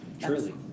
truly